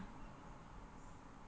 mmhmm